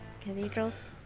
cathedrals